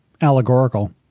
allegorical